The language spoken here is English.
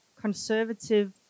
conservative